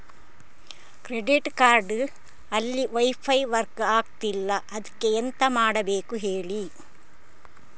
credit card ಅಲ್ಲಿ wifi work ಆಗ್ತಿಲ್ಲ ಅದ್ಕೆ ಎಂತ ಮಾಡಬೇಕು ಹೇಳಿ